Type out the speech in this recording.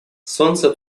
солнце